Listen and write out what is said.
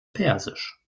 persisch